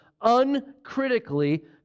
uncritically